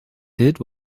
did